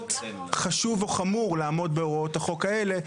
חשוב או חמור לעמוד בהוראות החוק האלה,